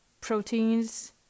proteins